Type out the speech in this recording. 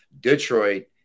Detroit